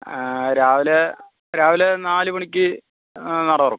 രാവില രാവിലെ നാലു മണിക്ക് നട തുറക്കും